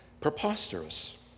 Preposterous